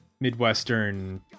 midwestern